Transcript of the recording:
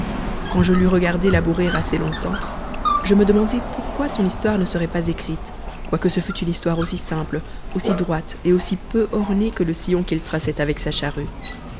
quand je l'eus regardé labourer assez longtemps je me demandai pourquoi son histoire ne serait pas écrite quoique ce fût une histoire aussi simple aussi droite et aussi peu ornée que le sillon qu'il traçait avec sa charrue